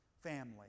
family